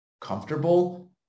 comfortable